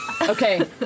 Okay